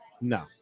No